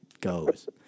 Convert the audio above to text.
goes